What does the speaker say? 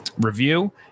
review